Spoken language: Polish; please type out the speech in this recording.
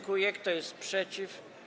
Kto jest przeciw?